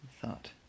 thought